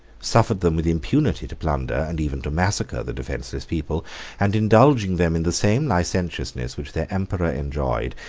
suffered them with impunity to plunder, and even to massacre, the defenceless people and indulging them in the same licentiousness which their emperor enjoyed,